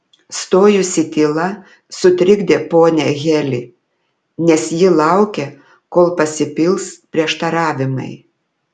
stojusi tyla sutrikdė ponią heli nes ji laukė kol pasipils prieštaravimai